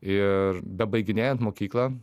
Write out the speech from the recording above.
ir bebaiginėjant mokyklą